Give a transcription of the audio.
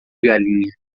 galinha